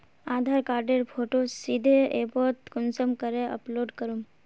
आधार कार्डेर फोटो सीधे ऐपोत कुंसम करे अपलोड करूम?